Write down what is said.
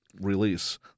release